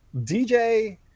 DJ